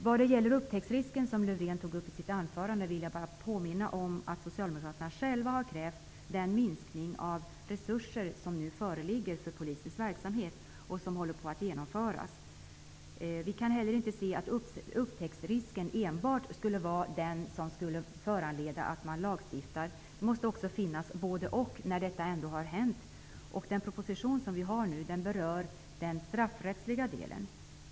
När det gäller upptäcktsrisken, som Lövdén tog upp i sitt anförande, vill jag bara påminna om att socialdemokraterna själva har krävt den minskning av resurserna för Polisens verksamhet som håller på att genomföras. Vi kan inte heller se att upptäcktsrisken enbart skulle vara det som skulle föranleda lagstiftning. Det måste finnas både--och. Den proposition som nu ligger på riksdagens bord berör den straffrättsliga delen.